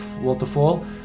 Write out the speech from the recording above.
waterfall